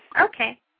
Okay